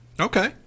Okay